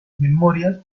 memorias